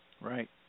Right